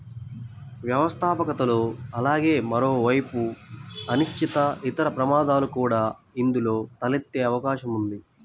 వ్యవస్థాపకతలో అలాగే మరోవైపు అనిశ్చితి, ఇతర ప్రమాదాలు కూడా ఇందులో తలెత్తే అవకాశం ఉంది